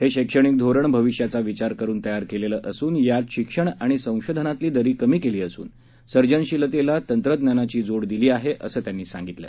हे शैक्षणिक धोरण भविष्याचा विचार करुन तयार केलेलं असून यात शिक्षण आणि संशोधनातली दरी कमी केली असून सर्जनशीलतेला तंत्रज्ञानाची जोड दिली आहे असं ते म्हणाले